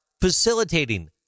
facilitating